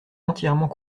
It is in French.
entièrement